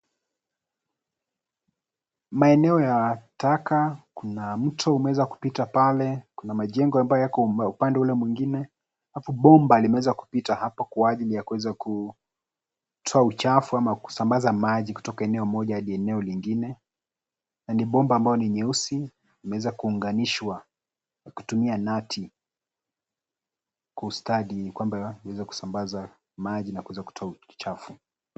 Maeneo ya taka. Kuna mto umeweza kupita pale kuna majengo ambayo yako upande ule mwingine. Alafu bomba limeweza kupita hapo kwa ajili ya kuweza kutoa uchafu ama kusambaza maji kutoka eneo moja hadi eneo lingine na ni bomba ambalo ni nyeusi. Limeweza kuunganishwa kwa kutumia nati kwa ustadi kwamba iweze kusambaza maji na kuweza kutoa uchafu.